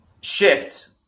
shift